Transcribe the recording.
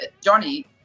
Johnny